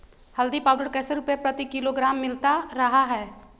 हल्दी पाउडर कैसे रुपए प्रति किलोग्राम मिलता रहा है?